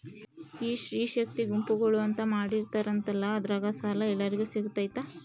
ಈ ಸ್ತ್ರೇ ಶಕ್ತಿ ಗುಂಪುಗಳು ಅಂತ ಮಾಡಿರ್ತಾರಂತಲ ಅದ್ರಾಗ ಸಾಲ ಎಲ್ಲರಿಗೂ ಸಿಗತೈತಾ?